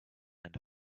and